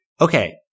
Okay